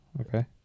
Okay